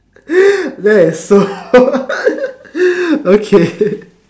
that is so okay